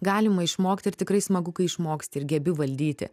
galima išmokti ir tikrai smagu kai išmoksti ir gebi valdyti